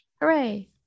Hooray